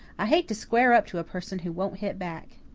i hate to square up to a person who won't hit back.